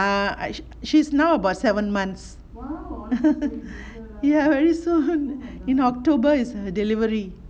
err I she she's now about seven months ya very soon in october is her delivery